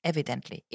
Evidently